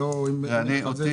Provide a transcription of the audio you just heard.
אותי,